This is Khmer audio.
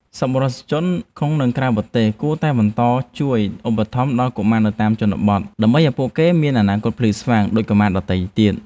សប្បុរសជនក្នុងនិងក្រៅប្រទេសគួរតែបន្តជួយឧបត្ថម្ភដល់កុមារនៅតាមជនបទ ដើម្បីឱ្យពួកគេមានអនាគតភ្លឺស្វាងដូចកុមារដទៃទៀត។